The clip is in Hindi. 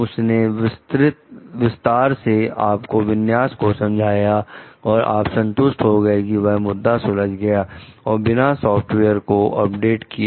उसने विस्तार से आपको विन्यास को समझाया और आप संतुष्ट हो गए कि वह मुद्दा सुलझ गया और बिना सॉफ्टवेयर को अपडेट किए